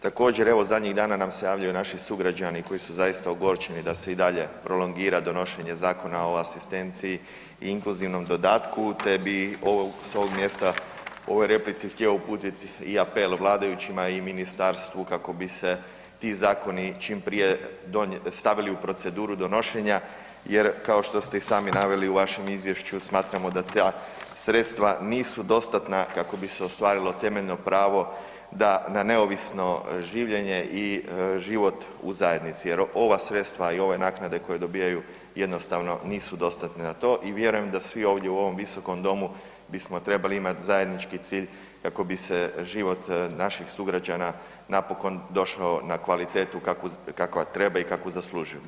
Također evo zadnjih dana nam se javljaju naši sugrađana koji su zaista ogorčeni da se i dalje prolongira donošenje Zakona o asistenciji i inkluzivnom dodatku te bi s ovog mjesta u ovoj replici htio uputiti i apel vladajućima i ministarstvu kako bi se ti zakoni čim prije stavili u proceduru donošenja jer kao što ste i sami naveli u vašem izvješću, smatramo da ta sredstva nisu dostatna kako bi se ostvarilo temeljno pravo da na neovisno življenje i život u zajednici jer ova sredstva i ove naknade koje dobijaju jednostavno nisu dostatne na to i vjerujem da svi ovdje u ovom Visokom domu bismo trebali imati zajednički cilj kako bi se život naših sugrađana napokon došao na kvalitetu kakva treba i kakvu zaslužuju.